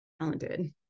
talented